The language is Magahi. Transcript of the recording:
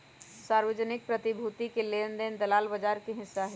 सार्वजनिक प्रतिभूति के लेन देन दलाल बजार के हिस्सा हई